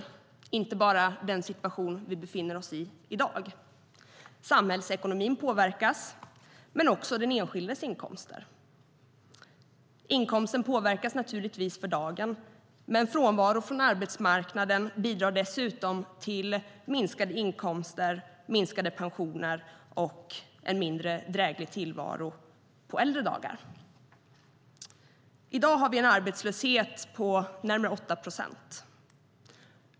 Det handlar inte bara om den situation som vi i dag befinner oss i. Samhällsekonomin påverkas men också den enskildes inkomster. Inkomsten påverkas naturligtvis för dagen, men frånvaro från arbetsmarknaden bidrar dessutom till minskade inkomster, minskade pensioner och en mindre dräglig tillvaro på äldre dagar.I dag har vi en arbetslöshet på närmare 8 procent.